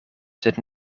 sed